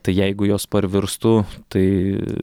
tai jeigu jos parvirstų tai